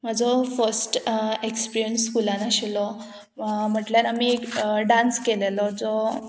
म्हाजो first experience स्कुलान आशिल्लो म्हटल्यार आमी एक डांस केलेलो जो